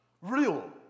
Real